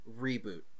reboot